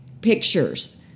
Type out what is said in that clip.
pictures